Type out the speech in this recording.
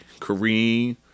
Kareem